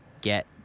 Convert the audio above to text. get